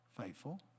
faithful